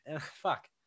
fuck